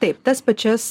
taip tas pačias